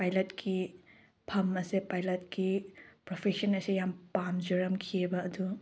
ꯄꯥꯏꯂꯠꯀꯤ ꯐꯝ ꯑꯁꯦ ꯄꯥꯏꯂꯠꯀꯤ ꯄ꯭ꯔꯣꯐꯦꯁꯟ ꯑꯁꯦ ꯌꯥꯝ ꯄꯥꯝꯖꯔꯝꯈꯤꯌꯦꯕ ꯑꯗꯨ